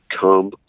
come